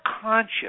conscious